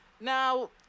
Now